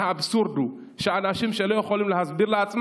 האבסורד הוא שאנשים שלא יכולים להסביר לעצמם